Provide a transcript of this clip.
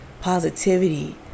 positivity